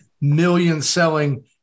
million-selling